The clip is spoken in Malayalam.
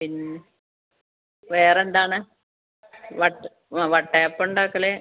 പിന്നെ വേറെന്താണ് വട്ട ആ വട്ടയപ്പം ഉണ്ടാക്കൽ